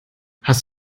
hast